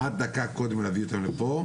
יש להביא אותם לפה,